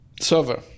server